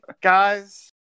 guys